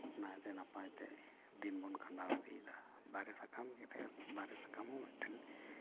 ᱱᱟᱭᱛᱮ ᱱᱟᱯᱟᱭᱛᱮ ᱫᱤᱱ ᱵᱚᱱ ᱠᱷᱟᱸᱰᱟᱣ ᱤᱫᱤᱭᱮᱫᱟ ᱫᱟᱨᱮ ᱥᱟᱠᱟᱢ ᱜᱮ ᱫᱟᱨᱮ ᱥᱟᱠᱟᱢ ᱦᱚᱸ ᱢᱤᱫᱴᱮᱱ